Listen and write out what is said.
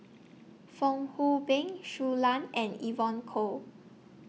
Fong Hoe Beng Shui Lan and Evon Kow